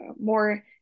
more